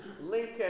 Lincoln